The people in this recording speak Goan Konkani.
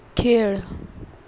खेळ